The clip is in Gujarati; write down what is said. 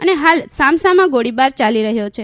અને હાલ સામસામા ગોળીબાર યાલી રહ્યો છે